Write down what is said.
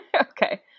Okay